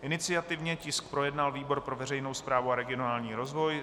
Iniciativně tisk projednal výbor pro veřejnou správu a regionální rozvoj.